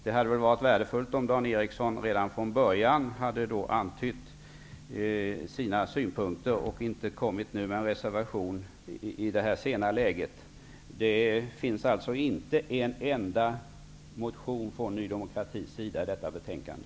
Det hade väl varit värdefullt om han redan från början hade antytt sina synpunkter och inte i detta sena läge skrivit en reservation. Det finns inte en enda motion från Ny demokrati i detta betänkande.